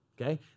okay